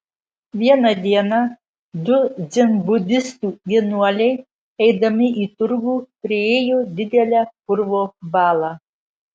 vieną dieną du dzenbudistų vienuoliai eidami į turgų priėjo didelę purvo balą